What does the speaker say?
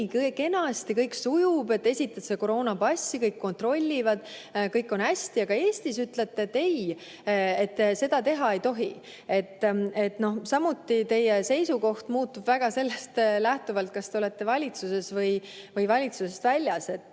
et kenasti kõik sujub, et esitad koroonapassi, kõik kontrollivad – kõik on hästi. Aga Eestis ütlete, et seda teha ei tohi. Teie seisukoht muutub väga sellest lähtuvalt, kas te olete valitsuses või valitsusest väljas.